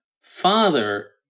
father